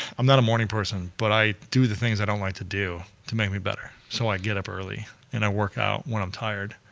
i'm not a morning person but i do the things i don't like to do to make me better, so i get up early and i workout when i'm tired,